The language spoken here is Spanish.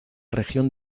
región